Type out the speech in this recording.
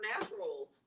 natural